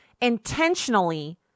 intentionally